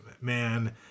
Man